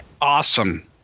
Awesome